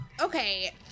Okay